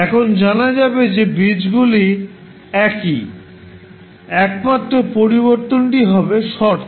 এখানে জানা যাবে যে বীজগুলি একই একমাত্র পরিবর্তনটি হবে শর্ত